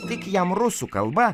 tik jam rusų kalba